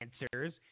answers